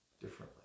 differently